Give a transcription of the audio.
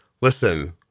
listen